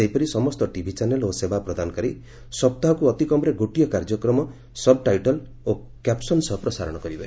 ସେହିପରି ସମସ୍ତ TV channel ଓ ସେବାପ୍ରଦାନକାରୀ ସପ୍ତାହକୁ ଅତିକମ୍ରେ ଗୋଟିଏ କାର୍ଯ୍ୟକ୍ରମ ସବ୍ଟାଇଟଲ୍ ଓ କ୍ୟାପସନ ସହ ପ୍ରସାରଣ କରିବେ